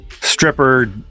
stripper